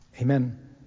Amen